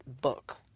book